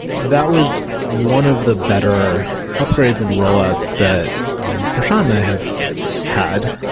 that was one of the better upgrades and rollouts that prashant and i have had.